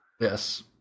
Yes